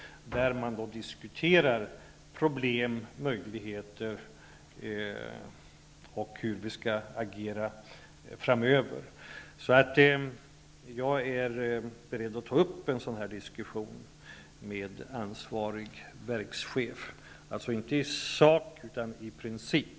Där diskuterar man problem, möjligheter och hur vi skall agera framöver. Jag är beredd att ta upp en sådan här diskussion med ansvarig verkschef, inte i sak, utan i princip.